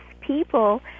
people